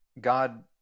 God